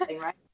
Right